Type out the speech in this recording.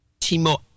Timo